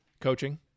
Coaching